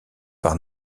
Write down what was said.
par